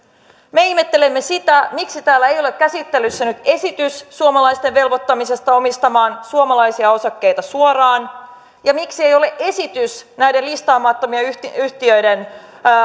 me ihmettelemme sitä miksi täällä ei ole käsittelyssä nyt esitystä suomalaisten velvoittamisesta omistamaan suomalaisia osakkeita suoraan ja miksi ei ole esitystä näiden listaamattomien yhtiöiden